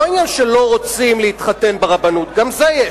זה לא עניין של לא רוצים להתחתן ברבנות, גם זה יש.